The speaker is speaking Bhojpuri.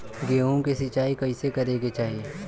गेहूँ के सिंचाई कइसे करे के चाही?